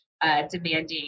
demanding